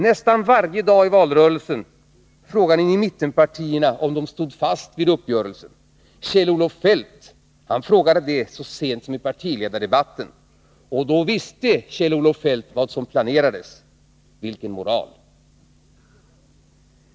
Nästan varje dag i valrörelsen frågade ni mittenpartierna om de stod fast vid uppgörelsen. Kjell-Olof Feldt frågade det så sent som i partiledardebatten. Och då visste han vad som planerades. Vilken moral!